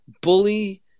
bully